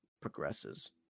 progresses